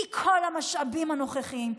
כי כל המשאבים הנוכחיים,